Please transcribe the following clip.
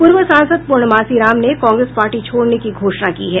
पूर्व सांसद पूर्णमासी राम ने कांग्रेस पार्टी छोड़ने की घोषणा की है